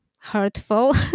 hurtful